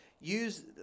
use